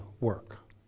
work